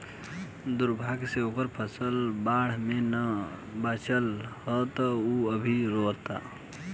दुर्भाग्य से ओकर फसल बाढ़ में ना बाचल ह त उ अभी रोओता